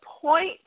point